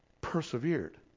persevered